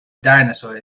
dinosaur